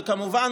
וכמובן,